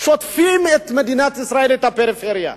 שוטפים את מדינת ישראל, את הפריפריה,